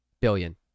Billion